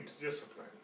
discipline